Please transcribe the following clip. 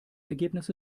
ergebnisse